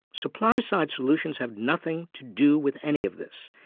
supply-side solutions have nothing to do with any of this.